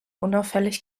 unauffällig